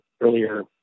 earlier